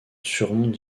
surmonte